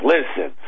Listen